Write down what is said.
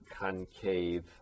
concave